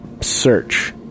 search